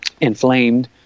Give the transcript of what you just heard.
inflamed